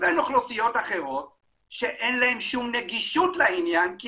לבין אוכלוסיות אחרות שאין להם שום נגישות לעניין כי